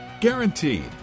Guaranteed